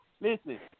listen